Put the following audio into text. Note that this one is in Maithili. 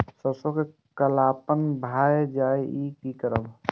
सरसों में कालापन भाय जाय इ कि करब?